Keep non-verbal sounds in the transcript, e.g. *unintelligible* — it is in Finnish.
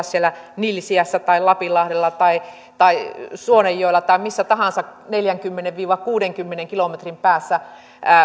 *unintelligible* siellä nilsiässä tai lapinlahdella tai tai suonenjoella tai missä tahansa neljänkymmenen viiva kuudenkymmenen kilometrin päässä